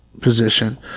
position